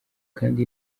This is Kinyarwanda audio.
kandi